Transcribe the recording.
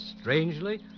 strangely